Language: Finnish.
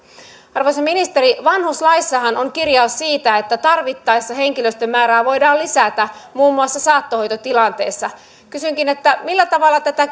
arvoisa ministeri vanhuslaissahan on kirjaus siitä että tarvittaessa henkilöstön määrää voidaan lisätä muun muassa saattohoitotilanteessa kysynkin millä tavalla tätä